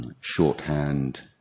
shorthand